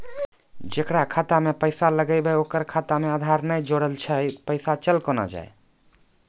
जेकरा खाता मैं पैसा लगेबे ओकर खाता मे आधार ने जोड़लऽ छै पैसा चल कोना जाए?